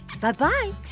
Bye-bye